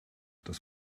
das